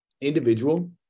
individual